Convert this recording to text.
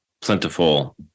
plentiful